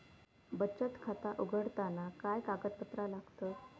बचत खाता उघडताना काय कागदपत्रा लागतत?